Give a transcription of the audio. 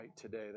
today